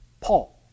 Paul